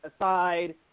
aside